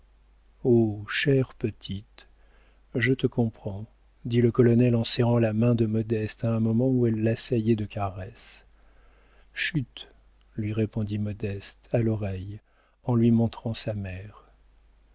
chère petite je te comprends dit le colonel en serrant la main de modeste à un moment où elle l'assaillait de caresses chut lui répondit modeste à l'oreille en lui montrant sa mère